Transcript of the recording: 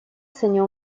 segna